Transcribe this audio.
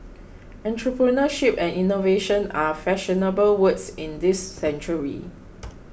entrepreneurship and innovation are fashionable words in this century